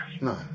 No